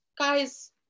guys